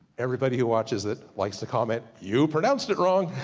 everbody who watches it likes to comment, you pronounced it wrong.